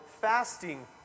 fasting